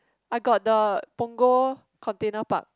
I got the Punggol container park